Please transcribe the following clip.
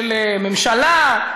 של ממשלה,